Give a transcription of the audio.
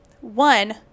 One